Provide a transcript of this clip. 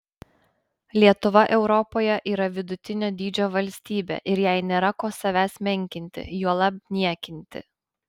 lietuva europoje yra vidutinio dydžio valstybė ir jai nėra ko savęs menkinti juolab niekinti